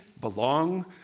belong